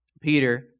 Peter